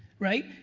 right?